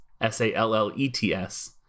S-A-L-L-E-T-S